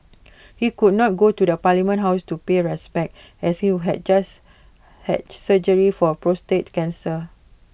he could not go to the parliament house to pay respects as he would had just had surgery for prostate cancer